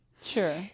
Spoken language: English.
Sure